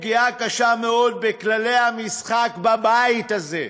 פגיעה קשה מאוד בכללי המשחק בבית הזה.